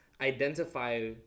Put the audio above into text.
identify